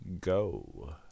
Go